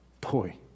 Boy